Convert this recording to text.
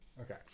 Okay